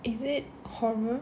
is it horror